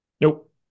Nope